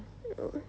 oh